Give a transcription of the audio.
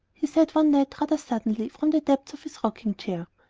he said one night rather suddenly, from the depths of his rocking-chair.